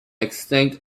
extinct